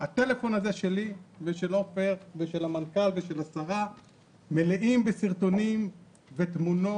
הטלפון שלי ושל עופר ושל המנכ"ל ושל השרה מלאים בסרטונים ובתמונות